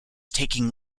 taking